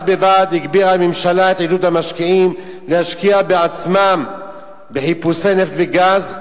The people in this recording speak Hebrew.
בד-בבד הגבירה הממשלה את עידוד המשקיעים להשקיע בעצמם בחיפושי נפט וגז,